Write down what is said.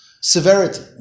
Severity